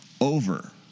over